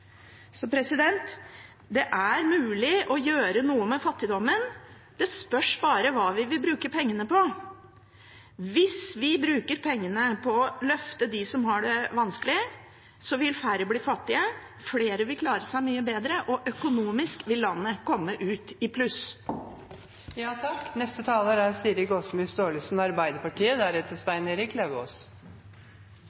Det er mulig å gjøre noe med fattigdommen. Det spørs bare hva vi vil bruke pengene på. Hvis vi bruker pengene på å løfte dem som har det vanskelig, vil færre bli fattige, flere vil klare seg mye bedre, og økonomisk vil landet komme ut i pluss.